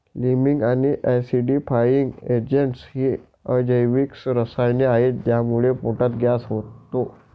liming आणि acidifying agents ही अजैविक रसायने आहेत ज्यामुळे पोटात गॅस होतो